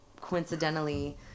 coincidentally